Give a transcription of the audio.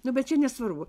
nu bet čia nesvarbu